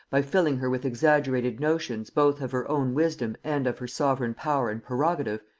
by filling her with exaggerated notions both of her own wisdom and of her sovereign power and prerogative,